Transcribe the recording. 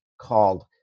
called